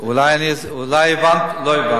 אולי לא הבנתי,